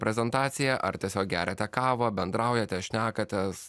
prezentaciją ar tiesiog geriate kavą bendraujate šnekatės